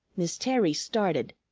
miss terry started.